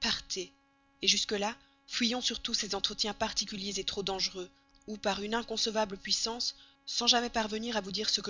partez jusque-là fuyons surtout ces entretiens particuliers trop dangereux où par une inconcevable puissance sans jamais parvenir à vous dire ce